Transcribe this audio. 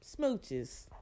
Smooches